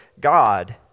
God